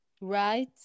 Right